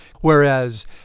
whereas